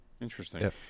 Interesting